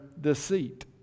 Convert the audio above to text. deceit